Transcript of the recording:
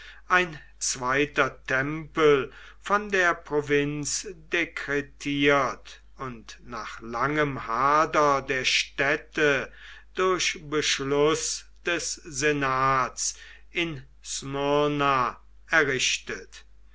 ein zweiter tempel von der provinz dekretiert und nach langem hader der städte durch beschluß des senats in smyrna errichtet